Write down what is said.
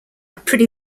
pretty